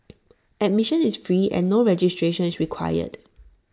admission is free and no registration is required